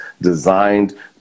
designed